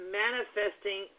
manifesting